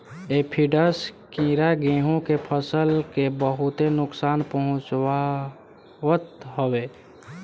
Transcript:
aphids कीड़ा गेंहू के फसल के बहुते नुकसान पहुंचावत हवे